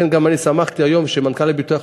לכן שמחתי לשמוע היום שהמנכ"ל של הביטוח